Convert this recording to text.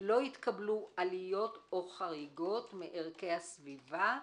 לא התקבלו עליות או חריגות מערכי הסביבה,